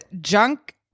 junk